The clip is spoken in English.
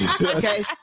Okay